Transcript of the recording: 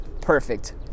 perfect